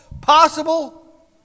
possible